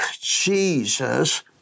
Jesus